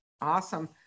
Awesome